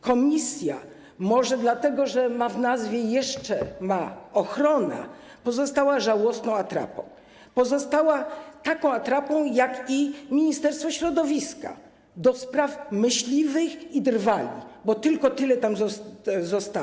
Komisja, może dlatego, że w nazwie ma jeszcze ochronę pozostała żałosną atrapą, pozostała taką atrapą jak Ministerstwo Środowiska - do spraw myśliwych i drwali, bo tylko tyle tam zostało.